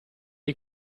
hai